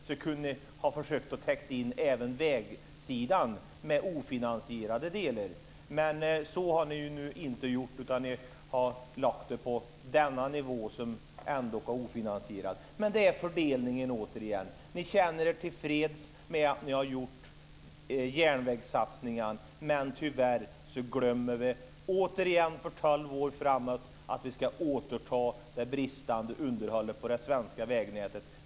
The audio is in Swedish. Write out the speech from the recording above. Då kunde ni ha försökt att täcka in även vägsidan med ofinansierade medel. Men så har ni inte gjort, utan ni har lagt det på denna nivå, som ändå är ofinansierad. Men det är fördelningen återigen. Ni känner er tillfreds med att ni har gjort järnvägssatsningar, men tyvärr glömmer ni återigen för tolv år framåt att vi ska återta det bristande underhållet på det svenska vägnätet.